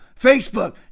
Facebook